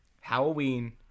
halloween